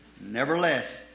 Nevertheless